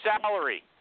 salary